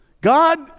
God